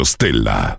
Stella